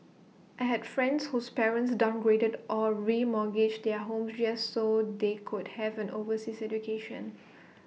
I had friends whose parents downgraded or remortgaged their homes just so they could have an overseas education